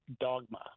dogma